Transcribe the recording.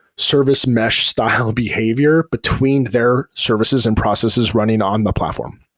service mesh style behavior between their services and processes running on the platform.